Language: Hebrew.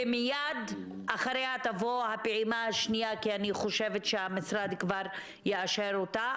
ומייד אחריה תבוא הפעימה השנייה כי אני חושבת שהממשלה כבר תאשר אותה.